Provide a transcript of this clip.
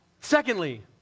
Secondly